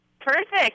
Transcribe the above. Perfect